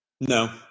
No